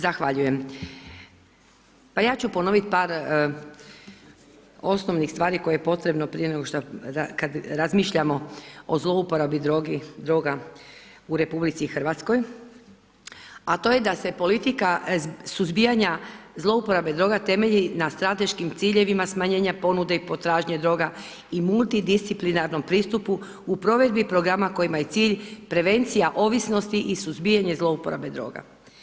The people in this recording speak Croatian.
Zahvaljujem, pa ja ću ponovit par osnovnih stvari koje je potrebno prije nego šta razmišljamo o zlouporabi droga u RH, a to je da se politika suzbijanja zlouporabe droga temelji na strateškim ciljevima smanjenja ponude i potražnje droga i multidisciplinarnom pristupu u provedbi programa kojima je cilj prevencija ovisnosti i suzbijanje zlouporabe droga.